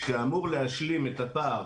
שאמור להשלים את הפער